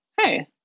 hey